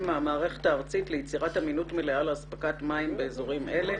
מהמערכת הארצית ליצירת אמינות מלאה לאספקת מים באזורים אלה.